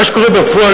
מה שקורה בפועל,